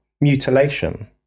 mutilation